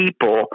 people